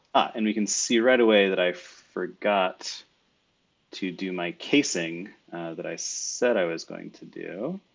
and we can see right away that i forgot to do my casing that i said i was going to do.